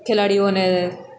ખેલાડીઓને